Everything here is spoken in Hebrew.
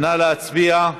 נא להצביע.